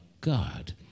God